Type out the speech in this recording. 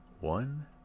one